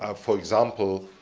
ah for example,